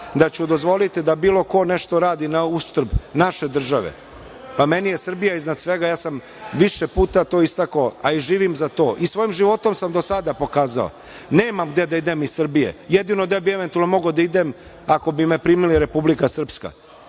da ću dozvoliti da bilo ko nešto radi na uštrb naše države? Pa, meni je Srbija iznad svega. Ja sam više puta to istakao, a i živim za to. Svojim životom sam do sada pokazao. Nemam gde da idem iz Srbije. Jedino gde bih eventualno mogao da idem, ako bi me primili, Republika Srpska.